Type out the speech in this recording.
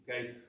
okay